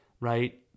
right